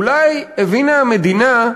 אולי הבינה המדינה,